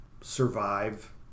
survive